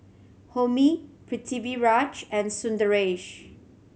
Homi Pritiviraj and Sundaresh